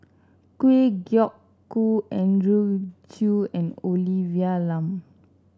Kwa Geok Choo Andrew Chew and Olivia Lum